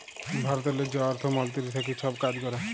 ভারতেরলে যে অর্থ মলতিরি থ্যাকে ছব কাজ ক্যরে